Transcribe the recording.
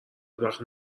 بدبخت